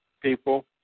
people